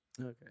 okay